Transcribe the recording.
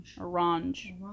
Orange